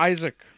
Isaac